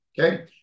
Okay